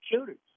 shooters